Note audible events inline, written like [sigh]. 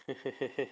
[laughs]